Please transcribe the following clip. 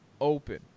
open